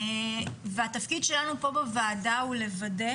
התפקיד שלנו פה בוועדה הוא לוודא,